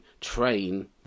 train